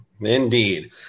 Indeed